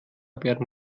werden